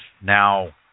now